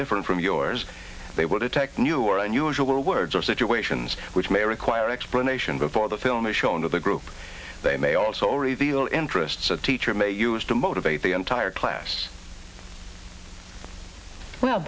different from yours they will detect new or unusual words or situations which may require explanation before the film is shown to the group they may also reveal interests the teacher may use to motivate the entire class well